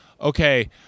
okay